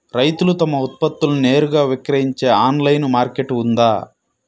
రైతులు తమ ఉత్పత్తులను నేరుగా విక్రయించే ఆన్లైను మార్కెట్ ఉందా?